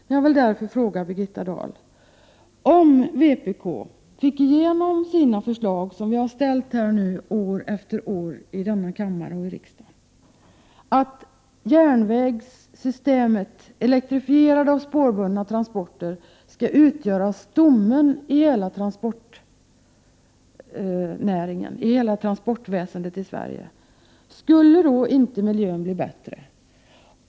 Jag vill därför fråga Birgitta Dahl: Om vi i vpk fick igenom våra förslag, som vi nu år efter år har framställt i denna kammare, om att järnvägssystemet, elektrifierade och spårbundna transporter, skall utgöra stommen i hela transportväsendet i Sverige, skulle då inte miljön bli bättre?